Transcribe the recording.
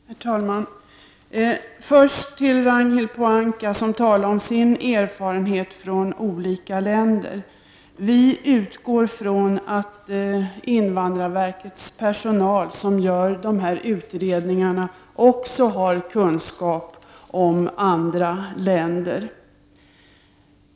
Herr talman! Först några ord till Ragnhild Pohanka, som talade om sin erfarenhet från olika länder. Vi utgår från att också invandrarverkets personal, som gör de här utredningarna, har kunskap om andra länder.